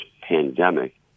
pandemic